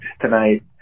tonight